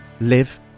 live